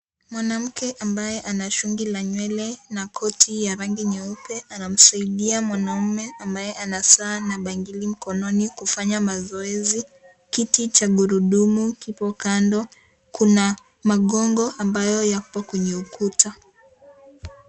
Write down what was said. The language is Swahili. Mwanamke ambaye ana shungi la nywele na koti ya rangi nyeupe. Anamsaidia mwanaume ambaye ana saa na bangili mkononi, kufanya mazoezi. Kiti cha gurudumu kipo kando. Kuna magongo ambayo yapo kwenye ukuta.